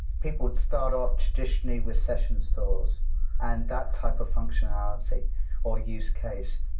people would start off traditionally with session stores and that type of functionality or use case,